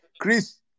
Chris